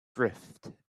drift